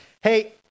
Hey